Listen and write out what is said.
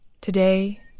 Today